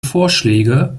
vorschläge